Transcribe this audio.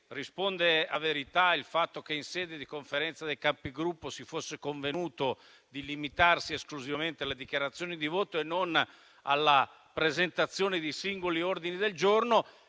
risponda a verità il fatto che, in sede di Conferenza dei Capigruppo, si fosse convenuto di limitarsi esclusivamente alle dichiarazioni di voto e non procedere alla presentazione di singoli ordini del giorno.